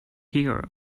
here